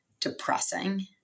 depressing